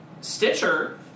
Stitcher